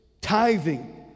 tithing